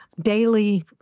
daily